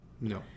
No